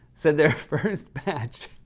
said their first batch.